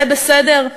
זה בסדר?